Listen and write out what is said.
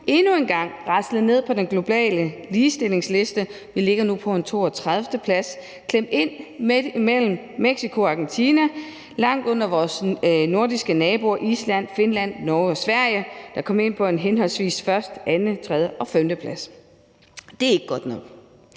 endnu en gang raslede ned på den globale ligestillingsliste. Vi ligger nu på en 32.-plads – klemt ind mellem Mexico og Argentina og langt under vores nordiske naboer, Island, Finland, Norge og Sverige, der kom ind på en henholdsvis første-, anden-, tredje- og femteplads. Det er ikke godt nok.